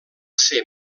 ser